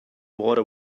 water